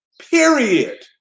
period